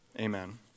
Amen